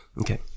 Okay